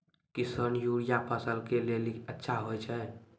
किसान यूरिया फसल के लेली अच्छा होय छै?